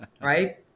right